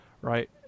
right